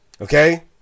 Okay